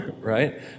right